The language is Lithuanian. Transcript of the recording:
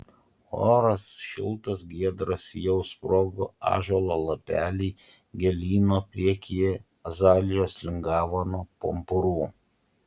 oras šiltas giedras jau sprogo ąžuolo lapeliai gėlyno priekyje azalijos lingavo nuo pumpurų